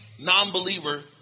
non-believer